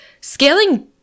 scaling